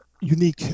unique